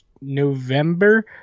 November